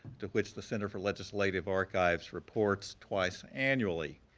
to which the center for legislative archives reports twice annually.